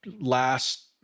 last